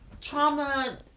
trauma